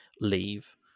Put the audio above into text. leave